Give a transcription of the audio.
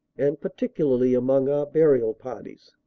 and particularly among our burial parties.